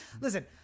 Listen